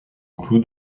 clou